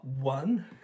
one